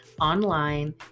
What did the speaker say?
online